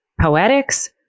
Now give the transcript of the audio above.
poetics